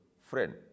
friend